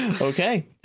Okay